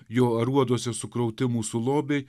jo aruoduose sukrauti mūsų lobiai